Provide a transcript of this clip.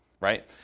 right